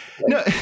No